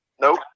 nope